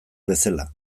bezala